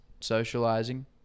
socializing